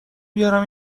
بیارم